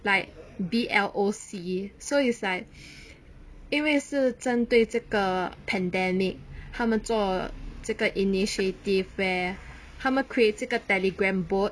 like B L O C E so is like 因为是针对这个 pandemic 他们做这个 initiative where 他们 create 这个 telegram boat